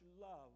love